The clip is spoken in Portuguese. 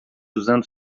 usando